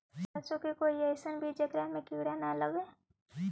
सरसों के कोई एइसन बिज है जेकरा में किड़ा न लगे?